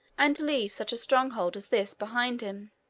and leave such a stronghold as this behind him.